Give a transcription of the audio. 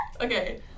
Okay